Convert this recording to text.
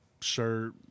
shirt